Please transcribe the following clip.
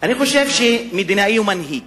גנאים (רע"ם-תע"ל): אני חושב שמדינאי ומנהיג